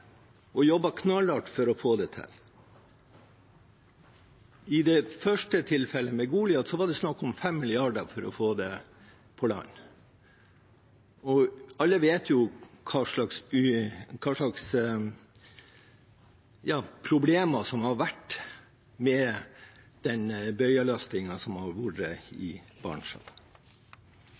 knallhardt for å få det til. I tilfellet med Goliat var det snakk om 5 mrd. kr for å få det på land. Alle vet hvilke problemer det har vært med bøyeløsningen i Barentshavet. Nordkapp videregående skole skulle få noen nye linjer. I